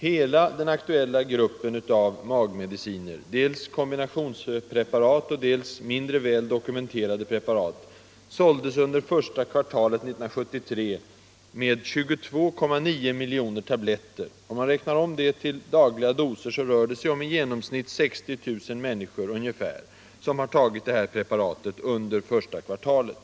Hela den aktuella gruppen av magmediciner, dels kombinationspreparat, dels mindre väl dokumenterade preparat, såldes under första kvartalet 1973 i en omfattning av 22,9 miljoner tabletter. Om man räknar om det till dagliga doser kommer man fram till att det i genomsnitt är 60 000 människor som har tagit dessa läkemedel under första kvartalet.